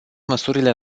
măsurile